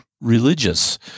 religious